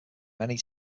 many